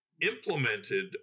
implemented